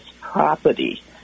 property